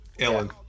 Ellen